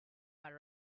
are